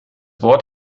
wort